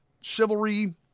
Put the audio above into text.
Chivalry